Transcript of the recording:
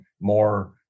more